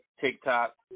TikTok